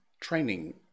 training